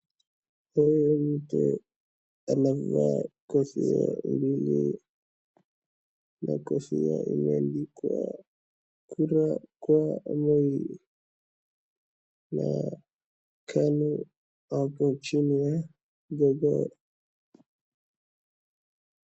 Huyu mzee amevaa kofia mbili na kofia imeandikwa kura kwa Moi na Kanu hapo chini ya logo .